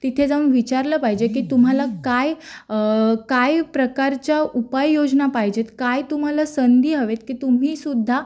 तिथे जाऊन विचारलं पाहिजे की तुम्हाला काय काय प्रकारच्या उपाययोजना पाहिजेत काय तुम्हाला संधी हवेत की तुम्हीसुद्धा